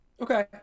Okay